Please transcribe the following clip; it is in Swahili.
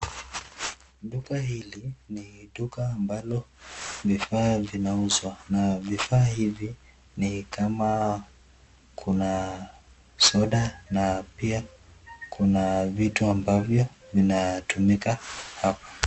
Duka hili ni duka ambalo vifaa vinauzwa na vifaa hivi ni kama kuna soda na pia kuna vitu ambavyo vinatumika hapa.